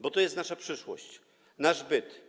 bo to jest nasza przyszłość, nasz byt.